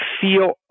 feel